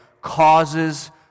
causes